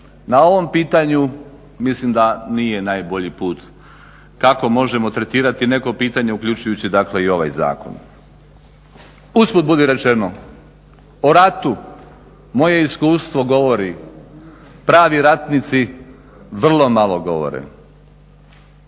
na ovom pitanju mislim da nije najbolji put kako možemo tretirati neko pitanje uključujući dakle i ovaj zakon. Usput budi rečeno o ratu moje iskustvo govori pravi ratnici vrlo malo govore.